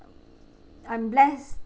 I'm blessed